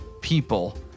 people